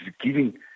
giving